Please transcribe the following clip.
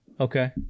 Okay